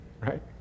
right